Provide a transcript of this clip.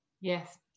yes